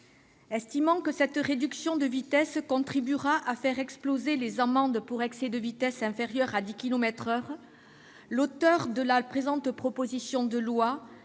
Estimant que cette réduction de vitesse contribuera à faire « exploser » les amendes pour excès de vitesse inférieurs à 10 kilomètres par heure, les auteurs de la présente proposition de loi